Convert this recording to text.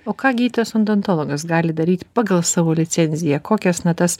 o ką gydytojas odontologas gali daryti pagal savo licenciją kokias na tas